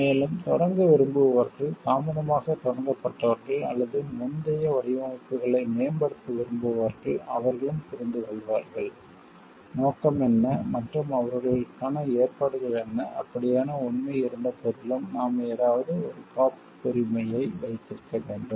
மேலும் தொடங்க விரும்புபவர்கள் தாமதமாகத் தொடங்கப்பட்டவர்கள் அல்லது முந்தைய வடிவமைப்புகளை மேம்படுத்த விரும்புபவர்கள் அவர்களும் புரிந்துகொள்வார்கள் நோக்கம் என்ன மற்றும் அவர்களுக்கான ஏற்பாடுகள் என்ன அப்படியான உண்மை இருந்தபோதிலும் நாம் ஏதாவது ஒரு காப்புரிமையை வைத்திருக்க வேண்டும்